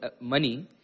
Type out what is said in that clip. money